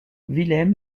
willem